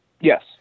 Yes